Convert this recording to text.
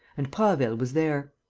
and prasville was there.